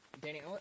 Danny